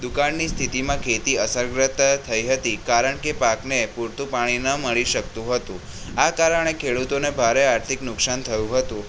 દુકાળની સ્થિતિમાં ખેતી અસરગ્રસ્ત થઈ હતી કારણ કે પાકને પૂરતું પાણી ન મળી શકતું હતું આ કારણે ખેડૂતોને ભારે આર્થિક નુકશાન થયું હતું